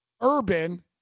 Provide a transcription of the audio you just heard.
Urban